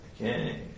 Okay